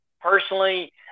personally